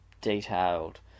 detailed